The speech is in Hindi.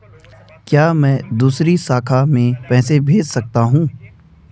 क्या मैं दूसरी शाखा में पैसे भेज सकता हूँ?